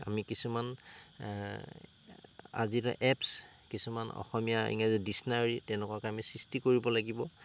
আমি কিছুমান আজি এতিয়া এপ্ছ কিছুমান অসমীয়া ইংৰাজী ডিক্সনাৰী তেনেকুৱাকৈ আমি সৃষ্টি কৰিব লাগিব